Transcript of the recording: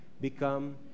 become